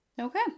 Okay